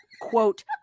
quote